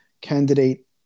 candidate